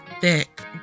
thick